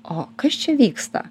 o kas čia vyksta